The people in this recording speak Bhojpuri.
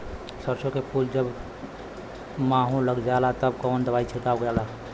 सरसो के फूल पर जब माहो लग जाला तब कवन दवाई छिड़कल जाला?